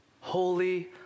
Holy